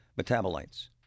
metabolites